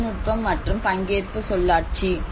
தொழில்நுட்பம் மற்றும் பங்கேற்பு சொல்லாட்சி